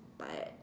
but